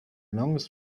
longest